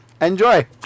Enjoy